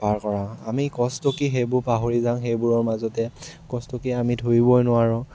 পাৰ কৰাওঁ আমি কষ্ট কি সেইবোৰ পাহৰি যাওঁ সেইবোৰৰ মাজতে কষ্ট কি আমি ধৰিবই নোৱাৰোঁ